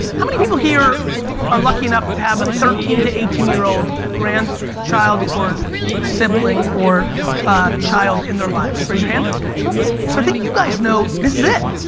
how many people here are lucky enough to have a thirteen to eighteen year old grandchild or sibling or child in their lives? raise your hand. so i think you guys know this is it.